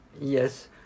Yes